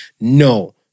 No